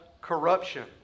corruption